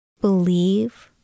believe